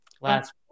last